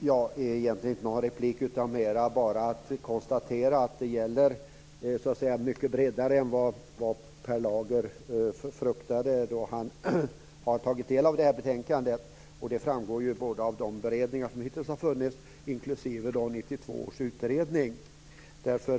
Herr talman! Jag vill egentligen bara konstatera att detta gäller mycket bredare än vad Per Lager fruktade då han har tagit del av det här betänkandet, och det framgår ju av de beredningar som hittills har funnits inklusive 1992 års utredning.